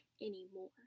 anymore